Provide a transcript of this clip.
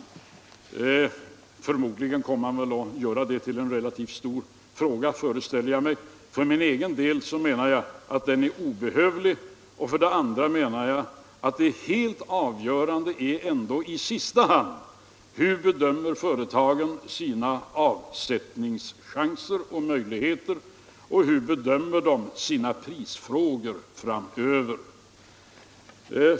Jag föreställer mig att oppositionen kommer att göra detta till en stor fråga. För min egen del menar jag att den är obehövlig. Det helt avgörande är ändå i sista hand hur företagen bedömer sina chanser och avsättningsmöjligheter och sina prisfrågor framöver.